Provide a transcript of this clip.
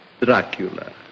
Dracula